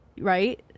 right